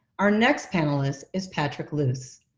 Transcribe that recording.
our next panelist is patrick luce.